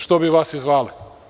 Što bi vas i zvale?